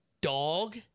dog